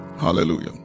hallelujah